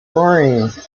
roaring